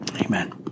Amen